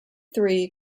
three